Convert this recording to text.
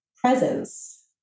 presence